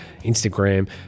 Instagram